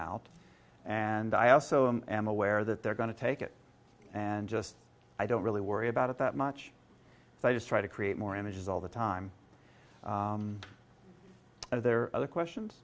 out and i also am aware that they're going to take it and just i don't really worry about it that much so i just try to create more images all the time and there are other questions